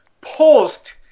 post